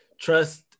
trust